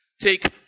Take